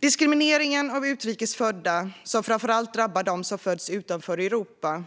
Diskrimineringen av utrikes födda, som framför allt drabbar dem som fötts utanför Europa